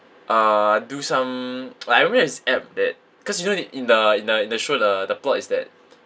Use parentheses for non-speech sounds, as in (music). uh do some (noise) like I remember there's this app that cause you know the in the in the in the show the the plot is that